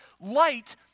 Light